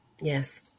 yes